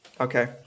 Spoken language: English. Okay